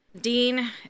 Dean